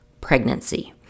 pregnancy